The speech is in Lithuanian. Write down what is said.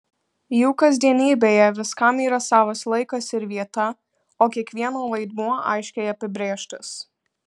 jų kasdienybėje viskam yra savas laikas ir vieta o kiekvieno vaidmuo aiškiai apibrėžtas